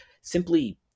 simply